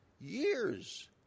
years